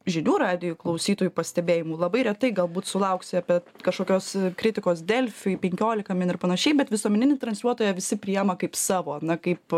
žinių radijo klausytojų pastebėjimų labai retai galbūt sulauksi apie kažkokios kritikos delfui penkiolika min ir panašiai bet visuomeninį transliuotoją visi priima kaip savo na kaip